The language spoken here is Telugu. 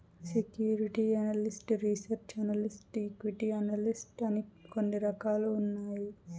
security analyst research analyst equity analyst అని కొన్ని రకాలు ఉన్నాయి